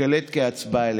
לקריאה ראשונה.